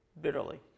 bitterly